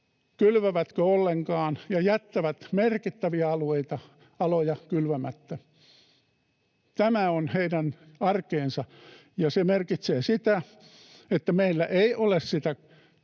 kylvävätkö ollenkaan, ja he jättävät merkittäviä aloja kylvämättä. Tämä on heidän arkeansa, ja se merkitsee sitä, että meillä ei ole sitä